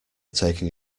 taking